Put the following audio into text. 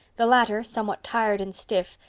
the latter, somewhat tired and stiff,